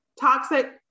Toxic